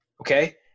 okay